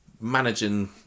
managing